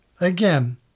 again